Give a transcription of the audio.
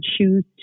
choose